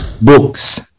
books